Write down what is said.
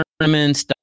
tournaments